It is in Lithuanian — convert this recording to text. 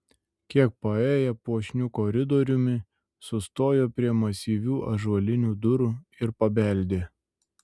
kiek paėję puošniu koridoriumi sustojo prie masyvių ąžuolinių durų ir pabeldė